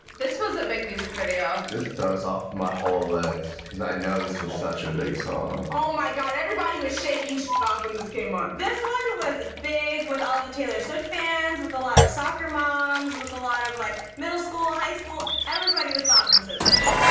this was a big music video. this throws off my whole list, cause i know this was such a big song. oh my god, everybody was shaking so off when and this came on. this one was big with all the taylor swift fans, with a lot of soccer moms, with a lot of like middle school, high school, everybody was bopping to this.